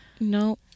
no